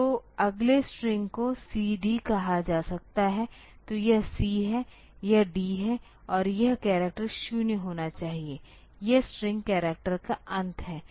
तो अगले स्ट्रिंग को c d कहा जा सकता है तो यह c है यह d है और यह करैक्टर 0 होना चाहिए यह स्ट्रिंग करैक्टर का अंत है